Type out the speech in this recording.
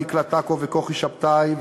דקלה טקו וכוכי שבתאי,